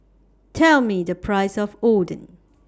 Tell Me The Price of Oden